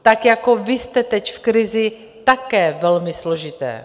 Tak, jako vy jste teď v krizi, také velmi složité.